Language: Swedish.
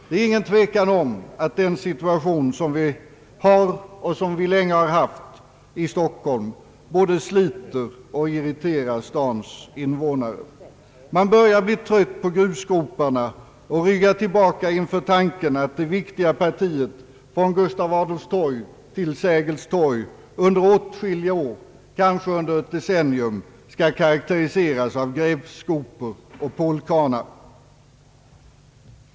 Det är ingen tvekan om att den situation som vi har och länge har haft i Stockholm både sliter och irriterar stadens invånare. Man börjar bli trött på grusgroparna och ryggar tillbaka inför tanken att det viktiga partiet från Gustav Adolfs torg till Sergels torg under åtskilliga år, kanske under ett decennium, skall karaktäriseras av grävskopor och pålkranar.